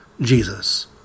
Jesus